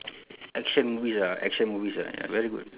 action movies ah action movies ah ya very good